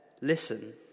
Listen